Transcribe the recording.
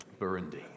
Burundi